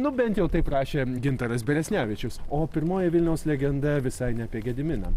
nu bent jau taip rašė gintaras beresnevičius o pirmoji vilniaus legenda visai ne apie gediminą